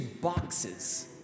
boxes